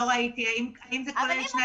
לא ראיתי האם זה כולל שנת מס מיוחדת.